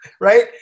right